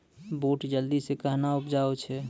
बूट जल्दी से कहना उपजाऊ छ?